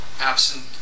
absent